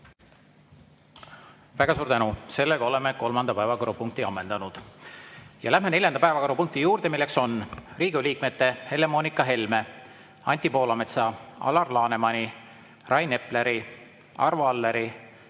Väga suur tänu! Oleme kolmanda päevakorrapunkti ammendanud. Läheme neljanda päevakorrapunkti juurde, mis on Riigikogu liikmete Helle-Moonika Helme, Anti Poolametsa, Alar Lanemani, Rain Epleri, Arvo Alleri,